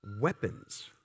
Weapons